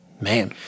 Man